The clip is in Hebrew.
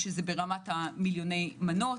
ברמת המיליוני מנות.